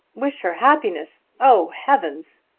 wish her happiness! oh, heavens!